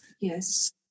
Yes